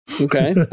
okay